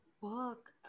book